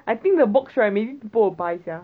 I think the box right maybe people will buy sia